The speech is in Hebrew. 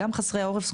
גם חסרי עורף זקוקים.